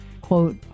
quote